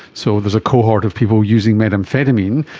so there's a cohort of people using methamphetamine,